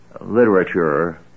literature